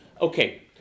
Okay